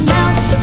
else